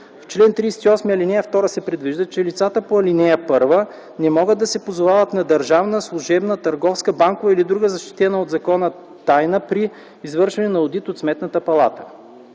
В чл. 38, ал. 2 се предвижда, че „лицата по ал. 1 не могат да се позовават на държавна, служебна, търговска, банкова или друга защитена от закона тайна при извършване на одити от Сметната палата”.